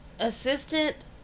Assistant